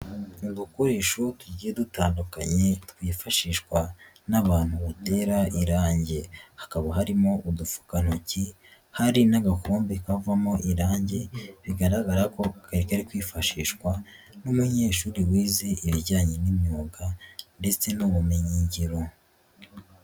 Uukoreshasho tugiye dutandukanye, twifashishwa n'abantu batera irange. Hakaba harimo udupfukantoki, hari n'agakombe kavamo irangi, bigaragara kokari kari kwifashishwa n'umunyeshuri wize ibijyanye n'imyuga ndetse n'ubumenyingiro.